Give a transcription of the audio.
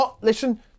listen